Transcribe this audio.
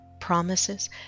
promises